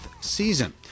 season